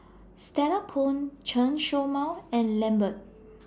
Stella Kon Chen Show Mao and Lambert